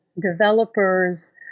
developers